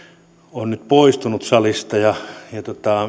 on nyt poistunut salista ja ja